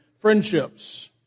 friendships